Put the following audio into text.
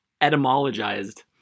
etymologized